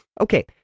Okay